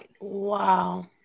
Wow